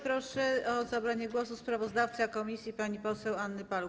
Proszę o zabranie głosu sprawozdawcę komisji panią poseł Annę Paluch.